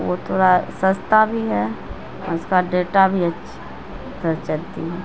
وہ تھوڑا سستا بھی ہے اس کا ڈیٹا بھی اچھا چلتی ہے